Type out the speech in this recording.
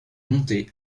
montée